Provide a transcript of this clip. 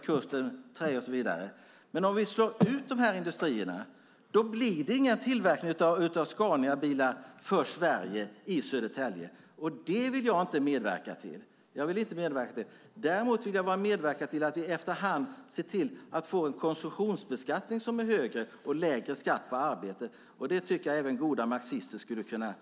Om vi lägger på skatter så att vi slår ut all biltrafik och därmed dessa industrier blir det ingen tillverkning av Scaniabilar i Södertälje. Det vill jag inte medverka till. Däremot vill jag medverka till att vi efterhand ser till att få en lägre skatt på arbete och en konsumtionsbeskattning som är högre.